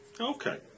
Okay